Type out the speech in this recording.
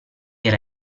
era